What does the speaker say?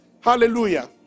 hallelujah